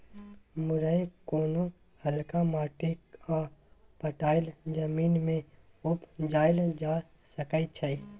मुरय कोनो हल्का माटि आ पटाएल जमीन मे उपजाएल जा सकै छै